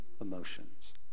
emotions